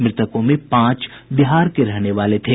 मृतकों में पांच बिहार के रहने वाले थे